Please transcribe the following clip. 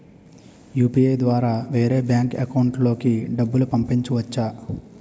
UPI ద్వారా వేరే bank account లోకి డబ్బులు పంపించవచ్చా?